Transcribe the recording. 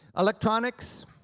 electronics.